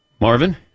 Marvin